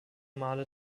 male